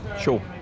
Sure